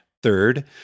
Third